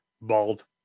bald